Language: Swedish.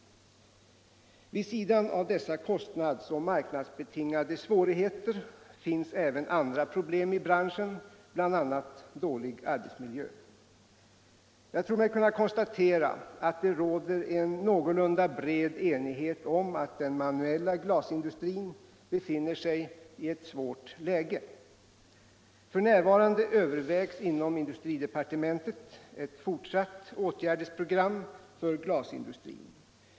Vid sidan av dessa kostnadsoch marknadsbetingade svårigheter finns även andra problem i branschen, bl.a. dålig arbetsmiljö. - Jag tror mig kunna konstatera att det råder en någorlunda bred enighet om att den manuella glasindustrin befinner sig i eu svårt läge. F. n. övervägs inom industridepartementet ett fortsatt åtgärdsprogram för glasindustrin.